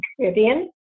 Caribbean